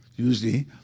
Usually